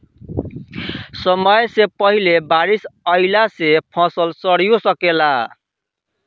समय से पहिले बारिस अइला से फसल सडिओ सकेला